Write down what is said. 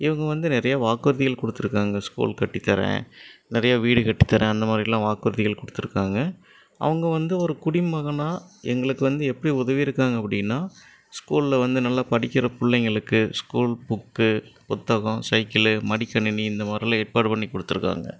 இவங்க வந்து நிறைய வாக்குறுதிகள் கொடுத்துருக்காங்க ஸ்கூல் கட்டித்தரேன் நிறையா வீடு கட்டித்தரேன் அந்த மாதிரிலாம் வாக்குறுதிகள் கொடுத்துருக்காங்க அவங்க வந்து ஒரு குடிமகனாக எங்களுக்கு வந்து எப்படி உதவியிருக்காங்க அப்படின்னா ஸ்கூலில் வந்து நல்ல படிக்கிற பிள்ளைங்களுக்கு ஸ்கூல் புக்கு புத்தகம் சைக்கிள் மடிக்கணினி இந்த மாதிரிலாம் ஏற்பாடு பண்ணி கொடுத்துருக்காங்க